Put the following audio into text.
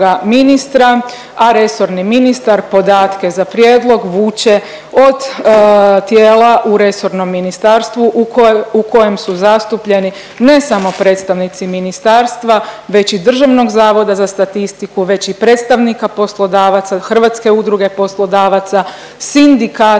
a resorni ministar podatke za prijedlog vuče od tijela u resornom ministarstvu u kojem, u kojem su zastupljeni ne samo predstavnici ministarstva već i DSZ, već i predstavnika poslodavaca, HUP-a, sindikata,